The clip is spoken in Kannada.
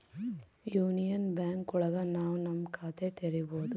ಯೂನಿಯನ್ ಬ್ಯಾಂಕ್ ಒಳಗ ನಾವ್ ನಮ್ ಖಾತೆ ತೆರಿಬೋದು